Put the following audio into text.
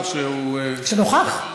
שהוא, שנוכח.